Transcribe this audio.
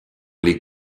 les